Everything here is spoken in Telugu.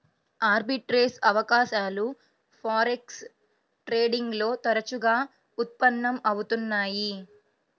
ఆర్బిట్రేజ్ అవకాశాలు ఫారెక్స్ ట్రేడింగ్ లో తరచుగా ఉత్పన్నం అవుతున్నయ్యి